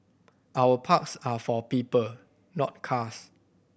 our parks are for people not cars